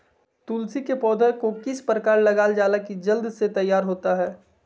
तुलसी के पौधा को किस प्रकार लगालजाला की जल्द से तैयार होता है?